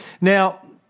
Now